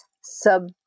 sub